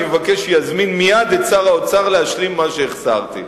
אני מבקש שיזמין מייד את שר האוצר להשלים מה שהחסרתי.